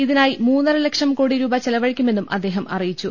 ഇതിനായി മൂന്നുരലക്ഷം കോടി രൂപ ചെലവഴിക്കുമെന്നും അദ്ദേഹം അറിയിച്ചു